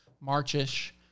March-ish